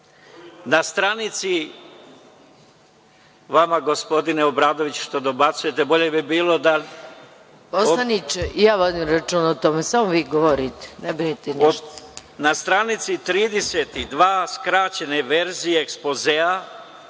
Na stranici 32. skraćene verzije ekspozea